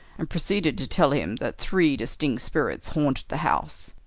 and proceeded to tell, him that three distinct spirits haunted the house.